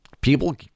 people